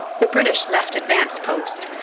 the british left advanced post,